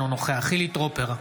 אינו נוכח חילי טרופר,